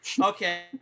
Okay